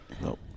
Nope